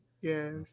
Yes